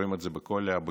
רואים את זה בכל המחקרים,